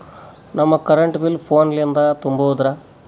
ನಮ್ current bill ಫೋನ ಲಿಂದೇ ತುಂಬೌದ್ರಾ?